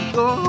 go